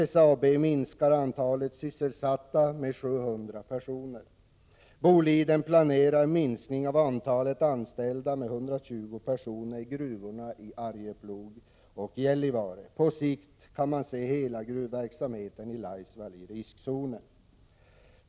SSAB minskar antalet sysselsatta med 700 personer. Boliden planerar en minskning av antalet anställda med 120 i gruvorna i Arjeplog och Gällivare. På sikt kan man se att hela gruvverksamheten i Laisvall är i riskzonen.